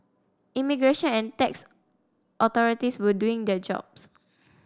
immigration and tax authorities were doing their jobs